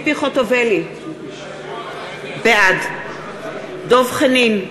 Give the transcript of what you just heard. בעד דב חנין,